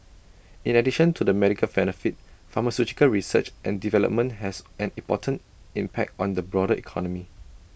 in addition to the medical benefit pharmaceutical research and development has an important impact on the broader economy